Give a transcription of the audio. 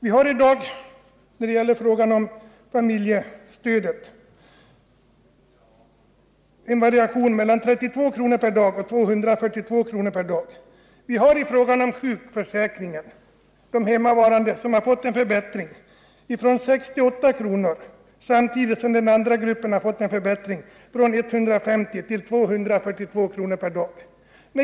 Vi har i dag i familjestödet en variation mellan 32 kr. per dag och 242 kr. per dag. När det gäller sjukförsäkring har de hemmavarande fått en förbättring från 6 kr. till 8 kr. per dag, samtidigt som den andra gruppen har fått en förbättring från 150 till 242 kr. per dag.